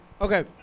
Okay